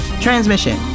Transmission